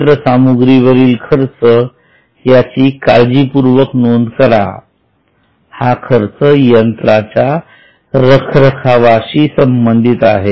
यंत्रसामुग्री वरील खर्च याची काळजीपूर्वक नोंद करा हा खर्च यंत्राच्या रखरखावाशी संबंधित आहे